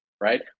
right